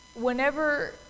whenever